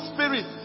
Spirit